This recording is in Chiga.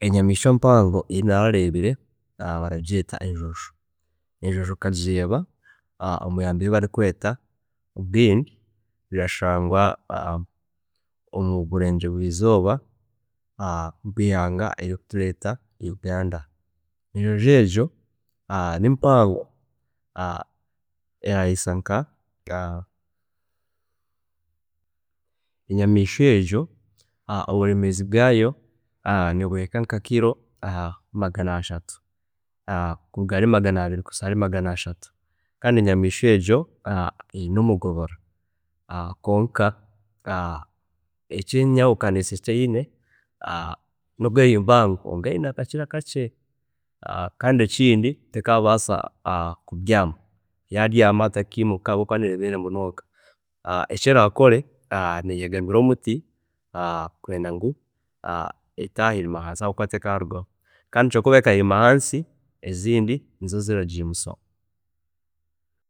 ﻿Enyamiishwa mpango eyi naarareebire baragyeeta enjojo, enjojo nkagireeba omwiihamba eri barikweta Bwindi erirashangwa omuburengyerwa eizooba bwa ihanga eri turikweta Uganda enjojo egyo nimpango erahisa nka- nka, enyamishwa egyo oburemeezi bwayo burahika nka kiro magana ashatu, kuruga ahari magana abiri kuhisya ahari magana ashatu. Kandfi enyamiishwa egyo eyine omugobora kwonka ekyenyahukanisa eki eyine, nobu eri mpango kwonka eyine akakira kakye, kandi ekindi tekabaasa kubyaama, yabyaama tekayimuka kuba neremeera munonga, eki erakore neyegamira omuti kugira ngu etahirima ahansi aho kuba tekaarugaho kandi kyokubaho ekahirima ahansi tekarugaho ezindi nizo ziragiimusaho.